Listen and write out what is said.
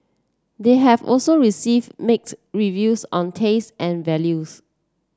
they have also receive mixed reviews on taste and values